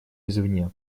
извне